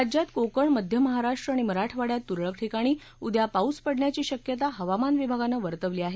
राज्यात कोकण मध्य महाराष्ट्र आणि मराठवाड्यात तुरळक ठिकाणी उद्या पाऊस पडण्याची शक्यता हवामान विभागानं वर्तवली आहे